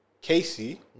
Casey